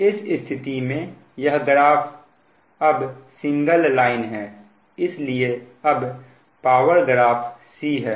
इस स्थिति में यह ग्राफ अब सिंगल लाइन है इसलिए अब पावर ग्राफ c है